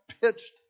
pitched